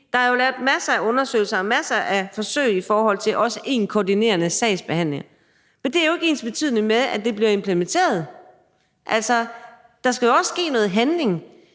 der er jo blevet lavet masser af undersøgelser og masser af forsøg i forhold til en koordinerende sagsbehandling, men det er jo ikke ensbetydende med, at det bliver implementeret. Der skal også handles.